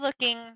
looking –